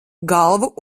galvu